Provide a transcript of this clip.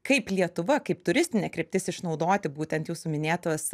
kaip lietuva kaip turistinė kryptis išnaudoti būtent jūsų minėtus